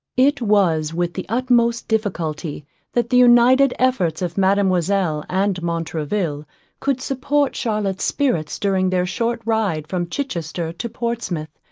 it was with the utmost difficulty that the united efforts of mademoiselle and montraville could support charlotte's spirits during their short ride from chichester to portsmouth,